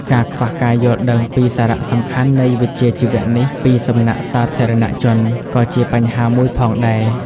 ការខ្វះការយល់ដឹងពីសារៈសំខាន់នៃវិជ្ជាជីវៈនេះពីសំណាក់សាធារណជន ក៏ជាបញ្ហាមួយផងដែរ។